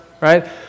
right